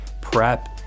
prep